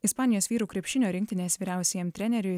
ispanijos vyrų krepšinio rinktinės vyriausiajam treneriui